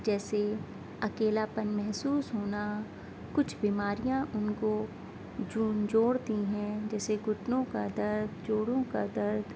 جیسے اکیلاپن محسوس ہونا کچھ بیماریاں ان کو جھنجھوڑتی ہیں جیسے گھٹنوں کا درد جوڑوں کا درد